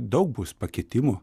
daug bus pakitimų